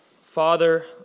Father